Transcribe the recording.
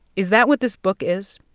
is that what this book is?